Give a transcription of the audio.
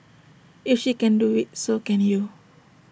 if she can do IT so can you